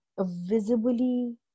visibly